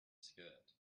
skirt